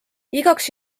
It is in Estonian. igaks